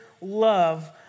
love